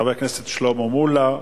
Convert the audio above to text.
חבר הכנסת שלמה מולה.